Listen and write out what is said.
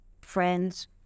friends